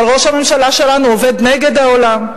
אבל ראש הממשלה שלנו עובד נגד העולם.